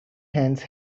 hands